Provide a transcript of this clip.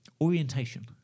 orientation